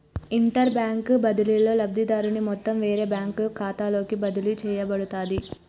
interbank బదిలీలో, లబ్ధిదారుని మొత్తం వేరే బ్యాంకు ఖాతాలోకి బదిలీ చేయబడుతది